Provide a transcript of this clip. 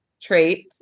trait